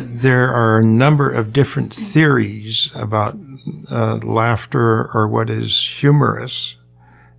there are a number of different theories about laughter or what is humorous